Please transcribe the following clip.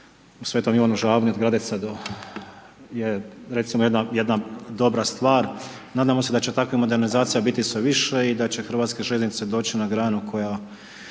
u Sv. Ivanu Žabnu, od Gradeca do je, recimo, jedna dobra stvar. Nadamo se da će takvih modernizacija biti sve više i da će HŽ doći na granu koja